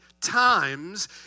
times